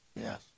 Yes